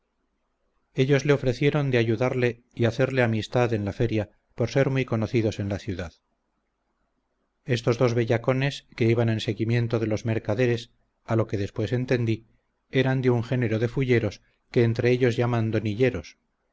ellos le ofrecieron de ayudarle y hacerle amistad en la feria por ser muy conocidos en la ciudad estos dos bellacones que iban en seguimiento de los mercaderes a lo que después entendí eran de un género de fulleros que entre ellos llaman